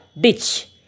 ditch